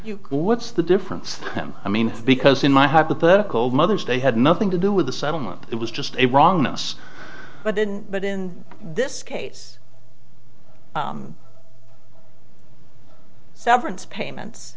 you what's the difference i mean because in my hypothetical mother's day had nothing to do with the settlement it was just a wrongness but then but in this case severance payments